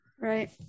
Right